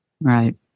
Right